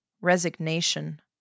Resignation